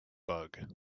bug